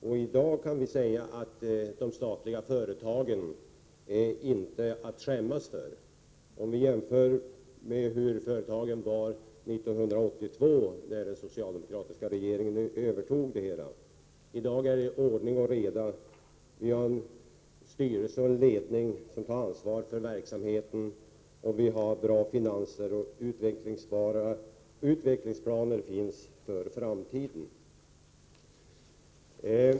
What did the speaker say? I dag kan vi säga att de statliga företagen inte är något att skämmas för, om vi jämför med hur det var 1982, när den socialdemokratiska regeringen övertog det hela. I dag är det ordning och reda. Vi har styrelse och ledning som tar ansvar för verksamheten, vi har bra finanser, och utvecklingsplaner finns för framtiden.